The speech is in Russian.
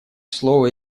слово